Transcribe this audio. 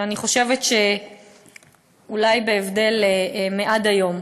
שאני חושבת שאולי בהבדל מעד היום,